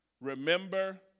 remember